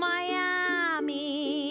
Miami